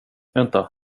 vänta